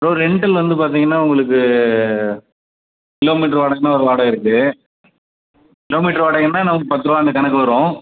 bro rental வந்து பார்த்தீங்கனா உங்களுக்கு கிலோமீடரு வாடகைனா ஒரு வாடகை இருக்குது கிலோமீட்ரு வாடகைனால் நமக்கு பத்து ருபா அந்த கணக்கு வரும்